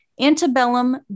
antebellum